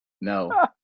No